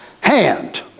hand